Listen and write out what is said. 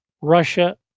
Russia